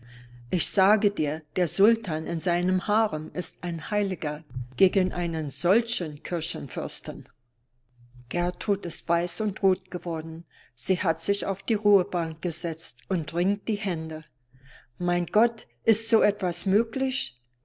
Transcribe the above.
ich sage dir der sultan in seinem harem ist ein heiliger gegen einen solchen kirchenfürsten gertrud ist weiß und rot geworden sie hat sich auf die ruhebank gesetzt und ringt die hände mein gott ist so etwas möglich